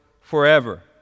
forever